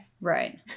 Right